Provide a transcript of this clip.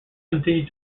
continued